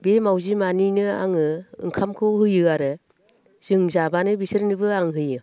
बे मावजि मानैनो आङो ओंखामखौ होयो आरो जों जाबानो बिसोरनोबो आं होयो